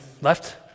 left